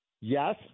Yes